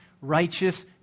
righteous